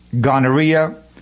gonorrhea